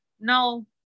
no